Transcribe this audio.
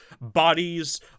bodies